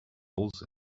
holes